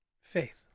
faith